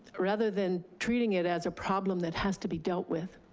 rather than treating it as a problem that has to be dealt with.